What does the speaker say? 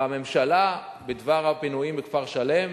לממשלה, בדבר הפינויים בכפר-שלם.